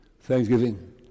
thanksgiving